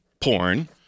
porn